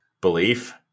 belief